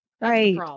Right